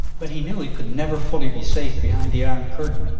but he knew he could never fully be safe behind the iron curtain,